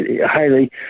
highly